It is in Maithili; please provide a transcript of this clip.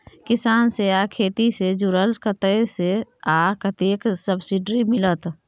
किसान से आ खेती से जुरल कतय से आ कतेक सबसिडी मिलत?